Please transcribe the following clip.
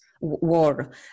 war